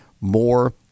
more